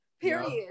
Period